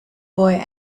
boy